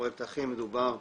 הפרויקט הכי מדובר פה.